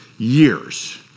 years